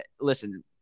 Listen